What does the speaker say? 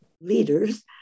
leaders